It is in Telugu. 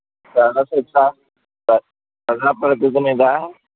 ఎవన్నా తెలుసా